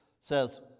says